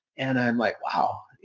and i'm like, wow.